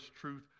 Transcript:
truth